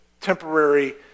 temporary